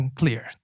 clear